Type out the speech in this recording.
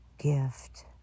gift